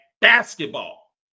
basketball